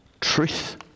truth